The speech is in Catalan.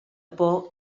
por